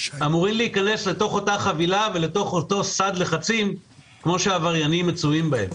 אמורים להיכנס לאותה חבילה ולאותו סד לחצים כמו שעבריינים מצויים בהם.